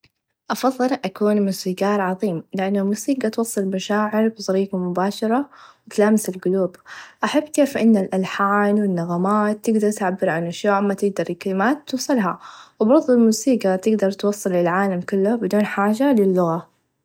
أفظل أكون موسيقار عظيم لأن الموسيقى توصل مشاعر بطريقه مباشره و تلامس القلوب أحب كيف إن الألحان و النغمات تقدر تعبر عن الشعور لاكن تقدر الكلمات توصلها و برظه الموسيقى تقدر توصل للعالم كله بدون حاچه للغه.